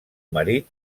marit